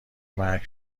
مرگ